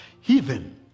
heathen